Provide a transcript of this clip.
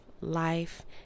Life